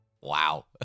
Wow